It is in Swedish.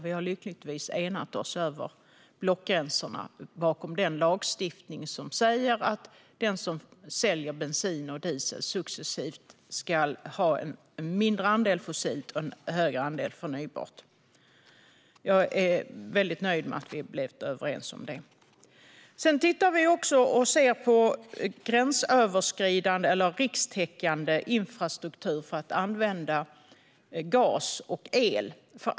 Vi har lyckligtvis enat oss över blockgränserna bakom den lagstiftning som säger att den som säljer bensin successivt ska ha en mindre andel fossilt och en högre andel förnybart. Jag är väldigt nöjd över att vi blivit överens om det. Vi ser också på rikstäckande infrastruktur för att använda gas och el.